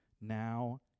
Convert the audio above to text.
Now